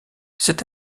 c’est